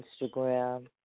Instagram